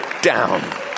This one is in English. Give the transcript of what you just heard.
down